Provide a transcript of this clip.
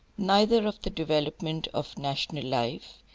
neither of the development of national life,